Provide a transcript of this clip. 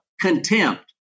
Contempt